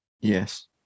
Yes